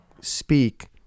speak